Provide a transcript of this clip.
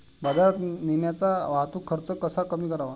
बाजारात नेण्याचा वाहतूक खर्च कसा कमी करावा?